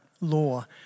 law